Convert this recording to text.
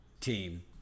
team